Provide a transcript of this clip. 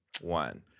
one